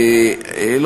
לשיטתך,